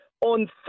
on